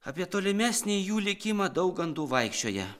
apie tolimesnį jų likimą daug gandų vaikščioja